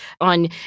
on